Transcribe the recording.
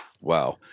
wow